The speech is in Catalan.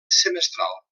semestral